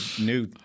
new